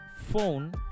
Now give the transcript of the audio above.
phone